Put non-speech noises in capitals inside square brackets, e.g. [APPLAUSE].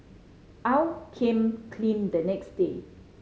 [UNINTELLIGIBLE] aw came clean the next day